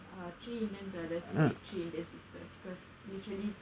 three indian brothers married three indian sisters because literally